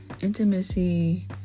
intimacy